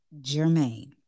Jermaine